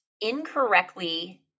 incorrectly